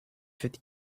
fifty